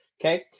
Okay